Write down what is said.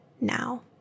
now